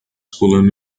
pulando